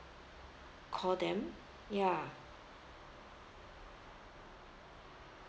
call them ya